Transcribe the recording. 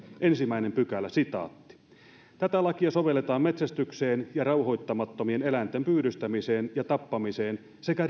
ensimmäinen pykälä tätä lakia sovelletaan metsästykseen ja rauhoittamattomien eläinten pyydystämiseen ja tappamiseen sekä